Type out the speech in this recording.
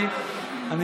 לא שמעת,